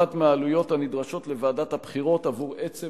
נובעת מהעלויות הנדרשות לוועדת הבחירות עבור עצם